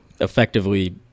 effectively